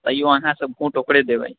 तैयो अहाँ सभ वोट ओकरे देबै